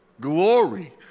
Glory